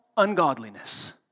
ungodliness